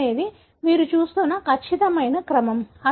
probe అనేది మీరు చూస్తున్న ఖచ్చితమైన క్రమం